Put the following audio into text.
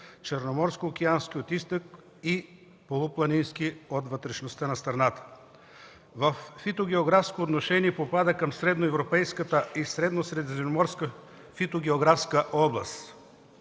черноморско-океански от изток и полупланински от вътрешността на страната. Във фитогеографско отношение попада към Средноевропейската и Средно средиземноморската фитогеографска област.